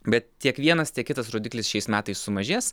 bet tiek vienas tiek kitas rodiklis šiais metais sumažės